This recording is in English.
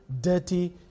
dirty